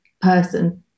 person